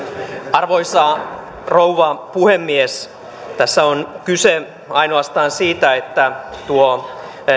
arvoisa rouva puhemies tässä on kyse ainoastaan siitä että tuo